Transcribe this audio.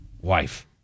wife